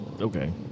okay